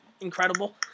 Incredible